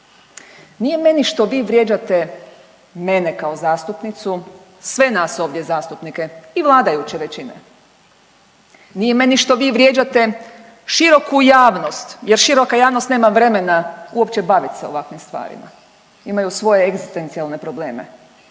nije meni što vi vrijeđate mene kao zastupnicu, sve nas ovdje zastupnike i vladajuće većine, nije meni što vrijeđate široku javnost jer široka javnost nema vremena uopće bavit se ovakvim stvarima, imaju svoje egzistencijalne probleme,